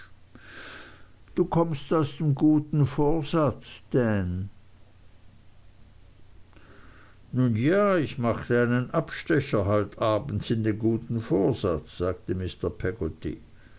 du kommst aus dem guten vorsatz danl nun ja ich machte einen abstecher heute abends in den guten vorsatz sagte